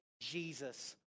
Jesus